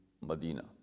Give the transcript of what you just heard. Medina